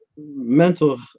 Mental